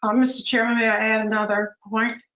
um mr. chairman, may i add another point?